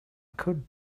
could